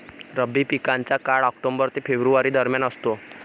रब्बी पिकांचा काळ ऑक्टोबर ते फेब्रुवारी दरम्यान असतो